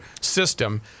system